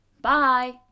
Bye